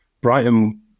Brighton